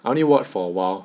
I only watched for awhile